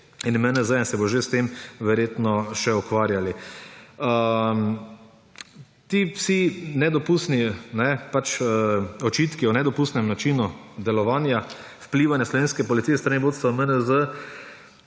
in MNZ in se bodo že s tem verjetno še ukvarjali. Ti vsi nedopustni očitki o nedopustnem načinu delovanja vplivanja slovenske policije s strani vodstva MNZ,